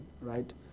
right